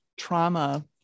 trauma